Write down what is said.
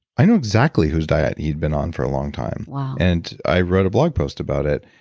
i know exactly whose diet he'd been on for a long time. and i wrote a blog post about it.